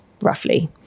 roughly